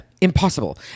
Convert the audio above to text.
Impossible